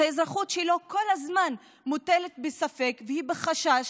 שהאזרחות שלו כל הזמן מוטלת בספק והיא בחשש,